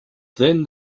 then